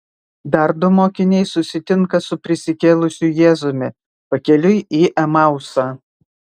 dar du mokiniai susitinka su prisikėlusiu jėzumi pakeliui į emausą